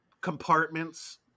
compartments